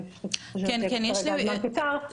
אני פשוט חושבת שכרגע הזמן קצר.